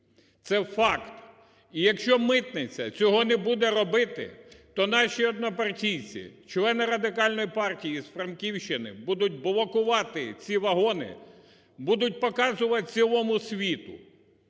Це факт. І якщо митниця цього не буде робити, то наші однопартійці, члени Радикальної партії з Франківщини будуть блокувати ці вагони, будуть показувати цілому світу.